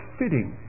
fitting